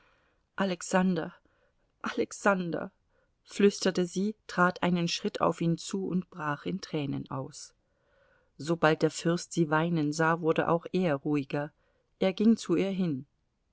alexander alexander flüsterte sie trat einen schritt auf ihn zu und brach in tränen aus sobald der fürst sie weinen sah wurde auch er ruhiger er ging zu ihr hin